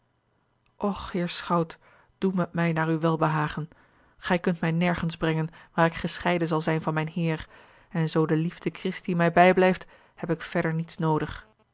och heer schout doe met mij naar uw welbehagen gij kunt mij nergens brengen waar ik gescheiden zal zijn van mijn heer en zoo de liefde christi mij bijblijft heb ik verder niets noodig